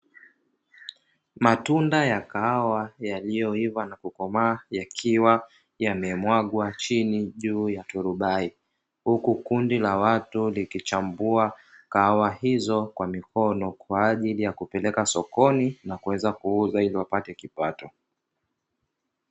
Matunda ya kahawa yaliyoiva na kukomaa yakiwa yamemwagwa chini, juu ya turubai, huku kundi la watu likichambua kahawa hizo kwa mikono kwa ajili ya kupeleka sokoni na kuweza kuuza ili wapate kipato